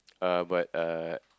uh but uh